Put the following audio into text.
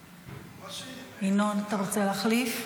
ינון, אתה רוצה להחליף?